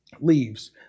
leaves